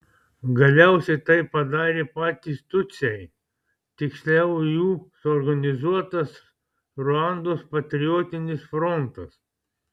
galiausiai tai padarė patys tutsiai tiksliau jų suorganizuotas ruandos patriotinis frontas